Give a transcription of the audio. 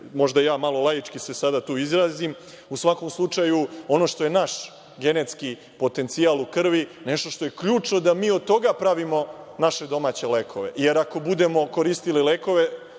možda ja malo laički se sada tu izrazim, u svakom slučaju ono što je naš genetski potencijal u krvi, nešto što jeključno da mi od toga pravimo naše domaće lekove. Jer, ako budemo koristili lekove